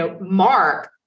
mark